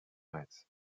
retz